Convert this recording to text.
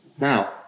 Now